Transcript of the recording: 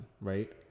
right